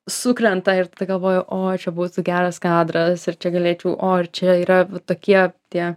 sukrenta ir galvoji o čia būtų geras kadras ir čia galėčiau o ir čia yra tokie tie